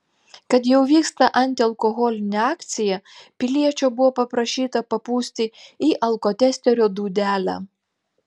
kad jau vyksta antialkoholinė akcija piliečio buvo paprašyta papūsti į alkotesterio dūdelę